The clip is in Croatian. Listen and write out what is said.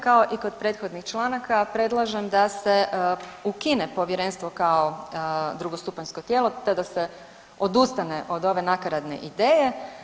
Kao i kod prethodnih članaka predlažem da se ukine povjerenstvo kao drugostupanjsko tijelo, te da se odustane od ove nakaradne ideje.